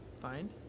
Fine